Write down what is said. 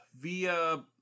via